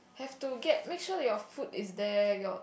have to get make sure your food is there your